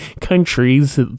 countries